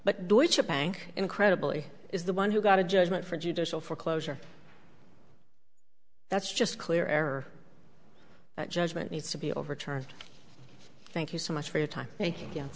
bank incredibly is the one who got a judgment for judicial foreclosure that's just clear error judgment needs to be overturned thank you so much for your time